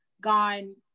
gone